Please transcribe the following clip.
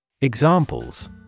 Examples